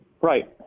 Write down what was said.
right